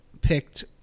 picked